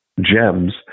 gems